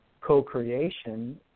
co-creation